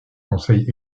conseil